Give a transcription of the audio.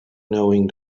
knowing